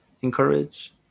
encourage